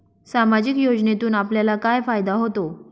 सामाजिक योजनेतून आपल्याला काय फायदा होतो?